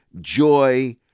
joy